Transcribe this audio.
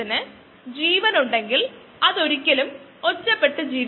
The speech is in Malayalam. തന്മാത്രാ പദങ്ങളിൽ ഇത് ലാക് ഒപെറോൺ എന്നറിയപ്പെടുന്നു